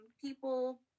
people